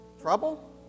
Trouble